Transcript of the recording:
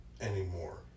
anymore